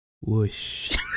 Whoosh